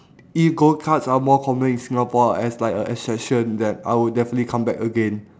if go karts are more common in singapore as like a attraction then I would definitely come back again